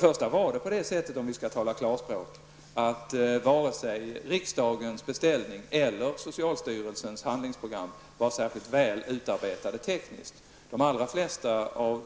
För att tala klarspråk var det så att varken riksdagens beställning eller socialstyrelsens handlingsprogram var särskilt väl utarbetade rent tekniskt. Kraven gällde